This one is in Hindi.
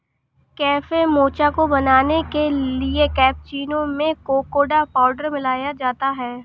कैफे मोचा को बनाने के लिए कैप्युचीनो में कोकोडा पाउडर मिलाया जाता है